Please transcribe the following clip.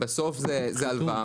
בסוף זו הלוואה.